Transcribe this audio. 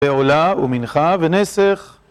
עולה ומנחה ונסך